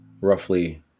roughly